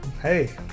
Hey